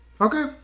okay